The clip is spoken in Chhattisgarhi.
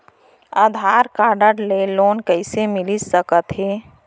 आधार कारड ले लोन कइसे मिलिस सकत हे?